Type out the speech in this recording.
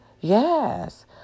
Yes